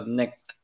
next